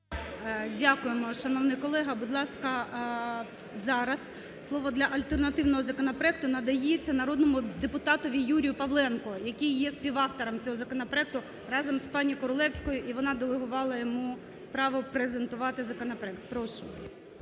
Дякуємо, шановний колега! Будь ласка, зараз слово для альтернативного законопроекту надається народному депутату Юрію Павленку, який є співавтором цього законопроекту разом з пані Королевською і вона делегувала йому право презентувати законопроект. Прошу.